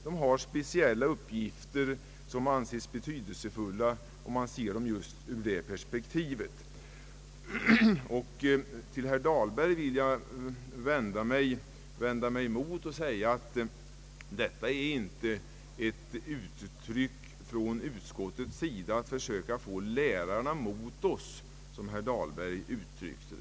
De har speciella uppgifter som anses betydelsefulla, om man ser dem just i det perspektivet. Jag vill vidare vända mig till herr Dahlberg och säga att detta inte är ett uttryck för att utskottet vill få lärarna mot sig, som herr Dahlberg uttryckte det.